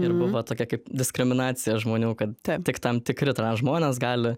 ir buvo tokia kaip diskriminacija žmonių kad tik tam tikri žmonės gali